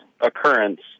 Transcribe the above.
occurrence